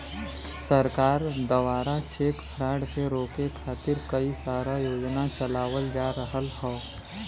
सरकार दवारा cheque fraud के रोके खातिर कई सारा योजना चलावल जा रहल हौ